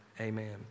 Amen